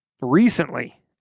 Recently